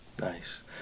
Nice